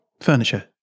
Furniture